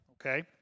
okay